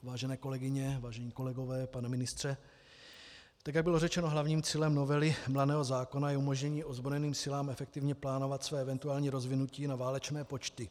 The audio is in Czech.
Vážené kolegyně, vážení kolegové, pane ministře, jak bylo řečeno, hlavním cílem novely branného zákona je umožnění ozbrojeným silám efektivně plánovat své eventuální rozvinutí na válečné počty.